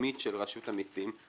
לתדמית של רשות המסים,